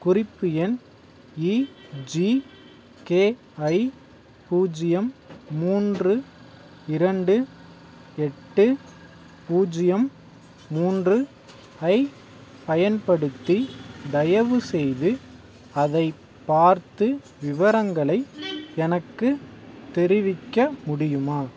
குறிப்பு எண் E G K I பூஜ்ஜியம் மூன்று இரண்டு எட்டு பூஜ்ஜியம் மூன்று ஐப் பயன்படுத்தி தயவுசெய்து அதைப் பார்த்து விவரங்களை எனக்குத் தெரிவிக்க முடியுமா